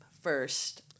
first